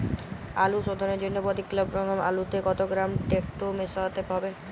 আলু শোধনের জন্য প্রতি কিলোগ্রাম আলুতে কত গ্রাম টেকটো মেশাতে হবে?